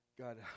God